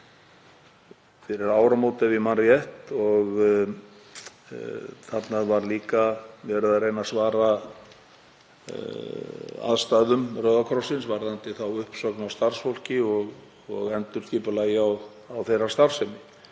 fyrir áramót, ef ég man rétt, og þarna var líka verið að reyna að svara aðstæðum Rauða krossins varðandi uppsagnir á starfsfólki og endurskipulagi á starfsemi.